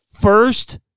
First